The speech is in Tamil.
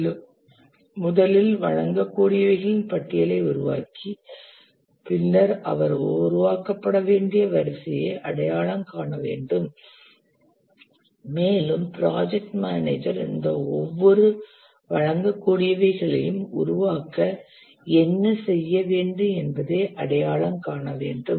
மேலும் முதலில் வழங்கக்கூடியவைகளின் பட்டியலை உருவாக்கி பின்னர் அவை உருவாக்கப்பட வேண்டிய வரிசையை அடையாளம் காண வேண்டும் மேலும் ப்ராஜெக்ட் மேனேஜர் இந்த ஒவ்வொரு வழங்கக்கூடியவைககளையும் உருவாக்க என்ன செய்ய வேண்டும் என்பதை அடையாளம் காண வேண்டும்